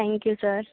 thank you sir